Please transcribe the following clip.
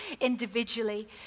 individually